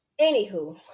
anywho